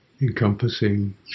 encompassing